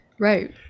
Right